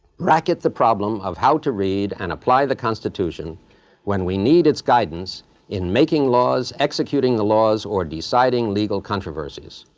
racket the problem of how to read and apply the constitution when we need its guidance in making laws, executing the laws, or deciding legal controversies.